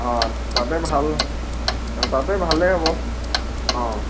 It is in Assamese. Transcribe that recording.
অঁ তাতে ভালে তাতে ভালেই হ'ব